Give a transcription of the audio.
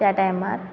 त्या टायमार